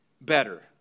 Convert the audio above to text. better